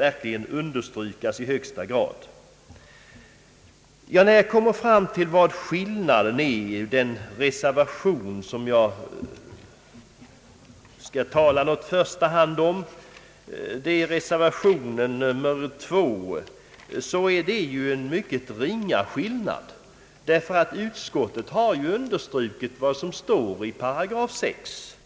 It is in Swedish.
kraftigt understrykas. Skillnaden mellan de åsikter som framförs i reservation 2, som jag i första hand vill tala om, och utskottsmajoritetens åsikt är egentligen obetydlig. Utskottet har ju understrukit det som står i paragraf 6.